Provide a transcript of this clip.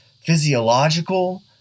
physiological